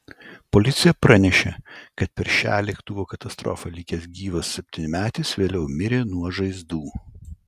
policija pranešė kad per šią lėktuvo katastrofą likęs gyvas septynmetis vėliau mirė nuo žaizdų